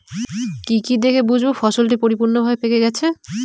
কি কি দেখে বুঝব ফসলটি পরিপূর্ণভাবে পেকে গেছে?